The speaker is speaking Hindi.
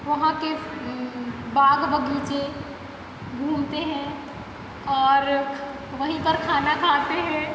वहाँ के बाग बगीचे घूमते हैं और वहीं पर खाना खाते हैं